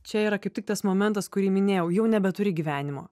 čia yra kaip tik tas momentas kurį minėjau jau nebeturi gyvenimo